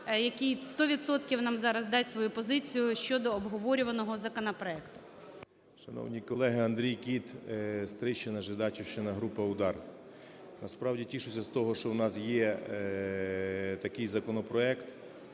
відсотків нам зараз дасть свою позицію щодо обговорюваного законопроекту. 11:27:23 КІТ А.Б. Шановні колеги, Андрій Кіт, Стрийщина, Жидачівщина, група "УДАР". Насправді тішуся з того, що в нас є такий законопроект